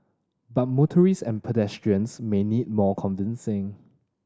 but motorists and pedestrians may need more convincing